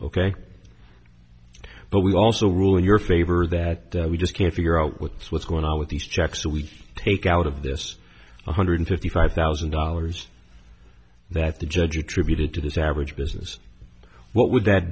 ok but we also rule in your favor that we just can't figure out what's what's going on with these checks so we take out of this one hundred fifty five thousand dollars that the judge attributed to this average business what would that